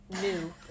new